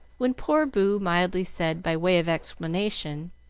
when poor boo mildly said, by way of explanation